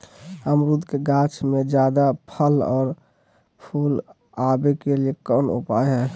अमरूद के गाछ में ज्यादा फुल और फल आबे के लिए कौन उपाय है?